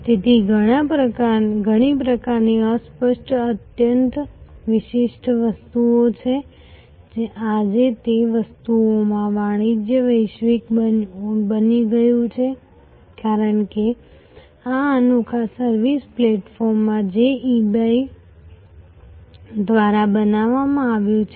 તેથી ઘણી પ્રકારની અસ્પષ્ટ અત્યંત વિશિષ્ટ વસ્તુઓ છે આજે તે વસ્તુઓમાં વાણિજ્ય વૈશ્વિક બની ગયું છે કારણ કે આ અનોખા સર્વિસ પ્લેટફોર્મ જે eBay દ્વારા બનાવવામાં આવ્યું છે